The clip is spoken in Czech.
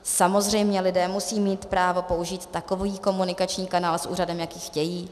Samozřejmě lidé musí mít právo použít takový komunikační kanál s úřadem, jaký chtějí.